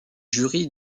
jury